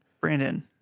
Brandon